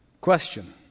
Question